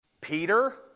Peter